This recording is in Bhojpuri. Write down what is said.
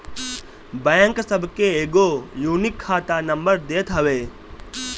बैंक सबके एगो यूनिक खाता नंबर देत हवे